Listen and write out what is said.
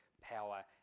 power